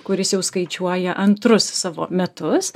kuris jau skaičiuoja antrus savo metus